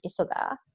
Isoda